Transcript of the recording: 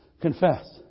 confess